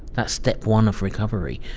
that's step one of recovery.